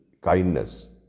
kindness